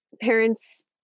Parents